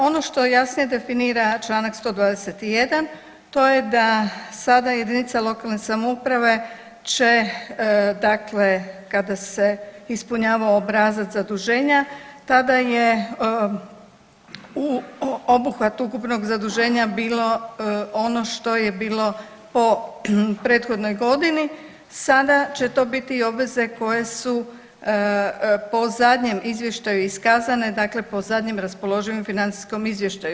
Ono što jasnije definira Članak 121. to je da sada jedinica lokalne samouprave će dakle kada se ispunjava obrazac zaduženja tada je u obuhvatu ukupnog zaduženja bilo ono što je bilo po prethodnoj godini, sada će to biti i obveze koje su po zadnjem izvještaju iskazane, dakle po zadnjem raspoloživom financijskom izvještaju.